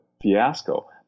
fiasco